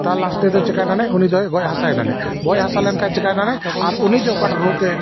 ᱛᱟᱨ ᱞᱟᱥᱴ ᱨᱮ ᱫᱚ ᱪᱮᱠᱟᱭ ᱮᱱᱟᱭ ᱢᱟᱱᱮ ᱩᱱᱤ ᱫᱚᱭ ᱜᱚᱡ ᱦᱟᱥᱟᱭ ᱮᱱᱟᱭ ᱜᱚᱡ ᱦᱟᱥᱟ ᱞᱮᱱᱠᱷᱟᱡ ᱪᱤᱠᱟᱭᱱᱟᱭ ᱟᱨ ᱩᱱᱤ ᱡᱮ ᱚᱠᱟᱴᱟᱜ ᱨᱳᱜᱮ